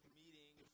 meeting